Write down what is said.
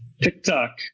TikTok